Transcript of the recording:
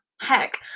heck